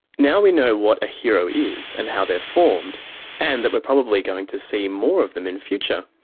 now we know what a hero is and how they're formed and that we're probably going to see more of them in future,